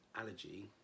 allergy